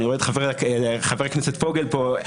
אני רואה את חבר הכנסת פוגל פה.